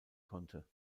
konnte